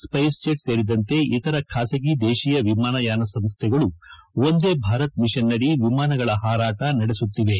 ಸ್ರೆಸ್ಜೆಟ್ ಸೇರಿದಂತೆ ಇತರ ಖಾಸಗಿ ದೇಶಿಯ ವಿಮಾನಯಾನ ಸಂಸ್ಥೆಗಳು ವಂದೇ ಭಾರತ್ ಮಿಷನ್ ಅಡಿ ವಿಮಾನಗಳ ಹಾರಾಟ ನಡೆಸುತ್ತಿವೆ